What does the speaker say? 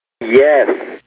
yes